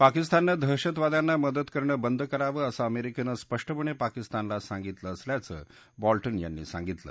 पाकिस्ताननं दहशतवाद्यांना मदत करणं बंद करावं असं अमेरिकेनं स्पष्टपणे पाकिस्तानला सांगितलं असल्याचं बॉल्टन यांनी सांगितलं